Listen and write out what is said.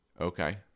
Okay